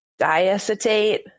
diacetate